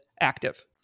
active